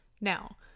Now